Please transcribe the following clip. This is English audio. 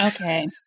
Okay